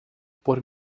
por